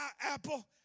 apple